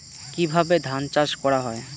কিভাবে ধান চাষ করা হয়?